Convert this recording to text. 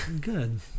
Good